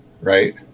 right